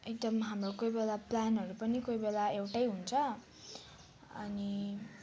एकदम हाम्रो कोही बेला प्लानहरू पनि कोही बेला एउटै हुन्छ अनि